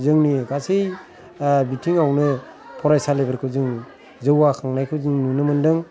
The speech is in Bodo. जोंनि गासै बिथिंआवनो फरायसालिफोरखाै जों जाैगाखांनायखाै जों नुनो मोनदों